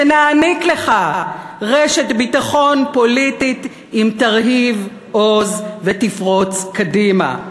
שנעניק לך רשת ביטחון פוליטית אם תרהיב עוז ותפרוץ קדימה.